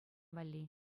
валли